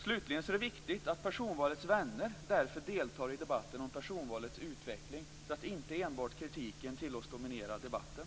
Slutligen: Det är alltså viktigt att personvalets vänner deltar i debatten om personvalets utveckling så att inte enbart kritiken tillåts dominera debatten.